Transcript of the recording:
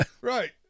Right